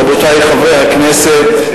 רבותי חברי הכנסת,